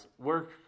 work